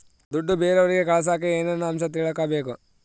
ದುಡ್ಡು ಬೇರೆಯವರಿಗೆ ಕಳಸಾಕ ಏನೇನು ಅಂಶ ತಿಳಕಬೇಕು?